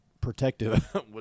protective